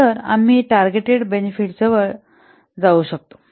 तर की आम्ही टार्गेटेड बेनिफिट्स जवळ जाऊ शकतो